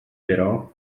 però